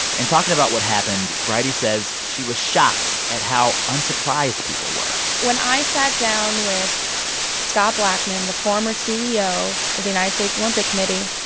and talking about what happened, bridie says she was shocked at how unsurprised people were when i sat down with scott blackmun, the former ceo of the united states olympic committee,